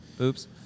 oops